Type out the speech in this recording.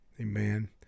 Amen